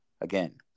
again